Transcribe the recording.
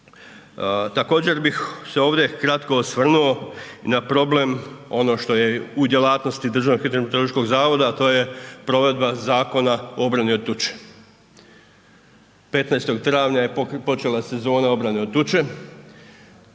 Također bih se ovdje kratko osvrnuo na problem, ono što je u djelatnosti DHMZ-a a to je provedba Zakona o obrani od tuče. 15. travnja je počela sezona obrane od tuče,